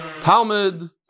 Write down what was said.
Talmud